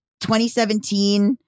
2017